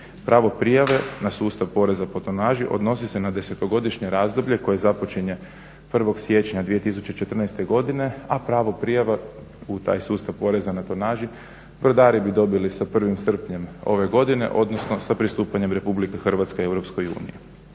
Pravo prijave na sustav poreza po tonaži odnosni se na desetogodišnje razdoblje koje započinje 1. siječnja 2014. godine, a pravo prijave u taj sustav poreza na tonažu brodari bi dobili sa 1. srpnjem ove godine, odnosno sa pristupanjem RH EU.